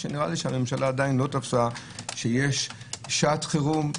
ונראה לי שהממשלה עדיין לא תפסה שיש שעת חירום,